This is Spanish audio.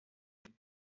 del